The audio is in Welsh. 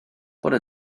bore